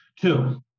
Two